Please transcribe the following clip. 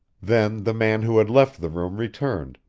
then the man who had left the room returned,